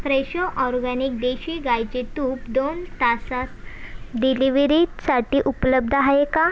Fresho organic देशी गाईचे तूप दोन तासास डिलिविरीसाठी उपलब्ध आहे का